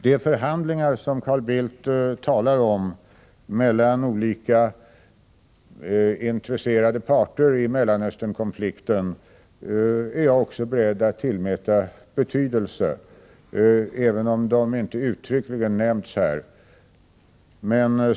De förhandlingar mellan olika intresserade parter i Mellanösternkonflikten som Carl Bildt talar om är också jag beredd att tillmäta betydelse, även om de inte uttryckligen nämns i deklarationen.